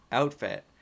outfit